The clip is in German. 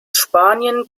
spanien